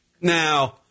Now